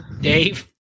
Dave